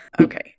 okay